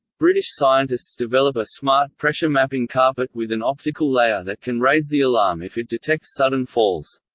british scientists develop a smart, pressure-mapping carpet with an optical layer that can raise the alarm if it detects sudden falls.